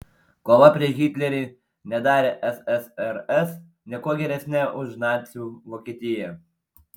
kova prieš hitlerį nedarė ssrs niekuo geresne už nacių vokietiją